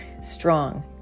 strong